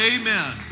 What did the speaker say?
Amen